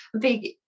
big